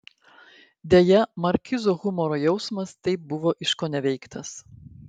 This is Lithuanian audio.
deja markizo humoro jausmas taip buvo iškoneveiktas